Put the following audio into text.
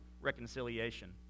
reconciliation